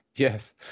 Yes